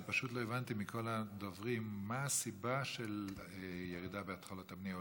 אני פשוט לא הבנתי מכל הדוברים מה הסיבה לירידה בהתחלות הבנייה.